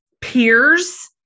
peers